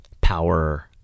power